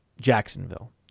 Jacksonville